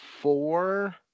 four